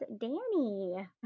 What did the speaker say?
Danny